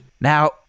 Now